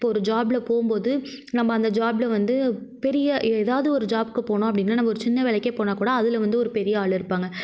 இப்போ ஒரு ஜாப்பில் போகும்போது நம்ம அந்த ஜாப்பில் வந்து பெரிய ஏதாவது ஒரு ஜாப்க்கு போனோம் அப்படினா நம்ம ஒரு சின்ன வேலைக்கே போனால் கூட அதில் வந்து ஒரு பெரிய ஆள் இருப்பாங்க